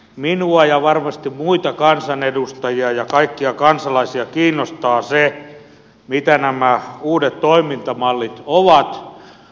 minua ja varmasti muita kansanedustajia ja kaikkia kansalaisia kiinnostaa se mitä nämä uudet toimintamallit ovat